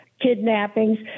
kidnappings